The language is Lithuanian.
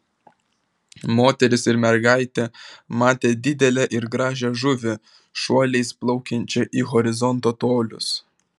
moteris ir mergaitė matė didelę ir gražią žuvį šuoliais plaukiančią į horizonto tolius